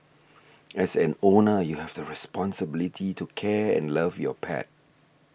as an owner you have the responsibility to care and love your pet